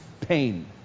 pain